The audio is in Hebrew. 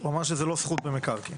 הוא אמר שזה לא זכות במקרקעין.